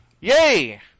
Yay